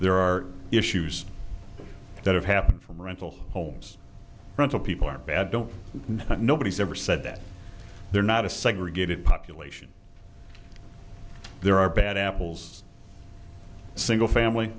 there are issues that have happened from rental homes rental people aren't bad don't nobody has ever said that they're not a segregated population there are bad apples single family